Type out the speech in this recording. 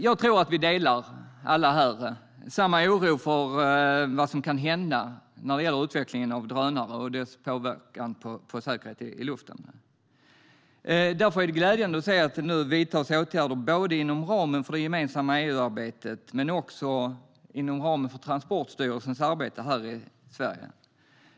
Jag tror att vi alla här delar samma oro för vad som kan hända när det gäller utvecklingen av drönare och deras påverkan på säkerhet i luften. Därför är det glädjande att se att det nu vidtas åtgärder inom ramen för det gemensamma EU-arbetet men också inom ramen för Transportstyrelsens arbete här i Sverige.